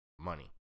money